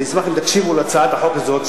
אני אשמח אם תקשיבו להצעת החוק הזאת,